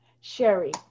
Sherry